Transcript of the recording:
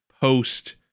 post